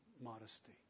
modesty